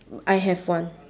I have one